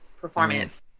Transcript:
performance